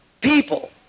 people